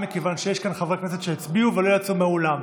מכיוון שיש כאן חברי כנסת שהצביעו ולא יצאו מהאולם.